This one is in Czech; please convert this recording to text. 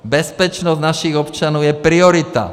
Bezpečnost našich občanů je priorita!